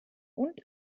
und